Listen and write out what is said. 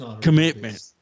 Commitment